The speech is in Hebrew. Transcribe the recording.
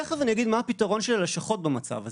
בהמשך אני אגיד מה הפתרון של הלשכות במצב הזה,